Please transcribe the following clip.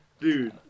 Dude